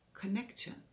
connection